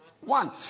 One